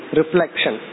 reflection